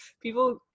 People